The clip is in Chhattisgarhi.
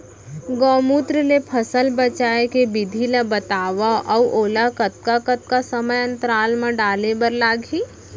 गौमूत्र ले फसल बचाए के विधि ला बतावव अऊ ओला कतका कतका समय अंतराल मा डाले बर लागही?